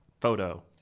photo